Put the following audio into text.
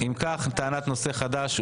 הצבעה בעד טענת נושא חדש 5 נגד,